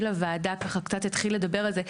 לוועדה ככה קצת התחיל לדבר על זה.